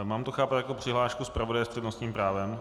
Mám to chápat jako přihlášku zpravodaje s přednostním právem?